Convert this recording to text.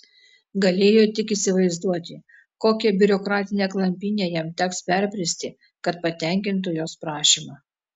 galėjo tik įsivaizduoti kokią biurokratinę klampynę jam teks perbristi kad patenkintų jos prašymą